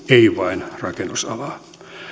ei vain rakennusalaa